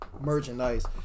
merchandise